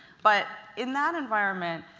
but in that environment,